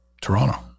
Toronto